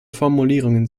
formulierungen